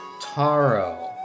Taro